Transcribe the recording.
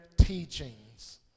teachings